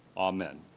amen.